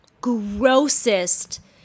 grossest